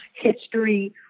history